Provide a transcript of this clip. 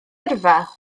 yrfa